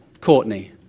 Courtney